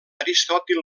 aristòtil